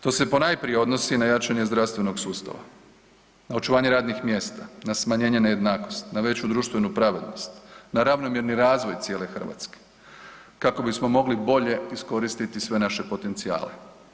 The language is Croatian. To se ponajprije odnosi na jačanje zdravstvenog sustava, na očuvanje radnih mjesta, na smanjenje nejednakosti, na veću društvenu pravednost, na ravnomjerni razvoj cijele Hrvatske kako bismo mogli bolje iskoristiti sve naše potencijale.